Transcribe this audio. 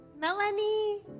Melanie